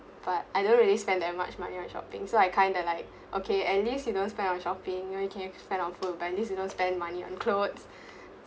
but I don't really spend that much money on shopping so I kind of like okay at least you don't spend on shopping you know you can spend on food but at least you don't spend money on clothes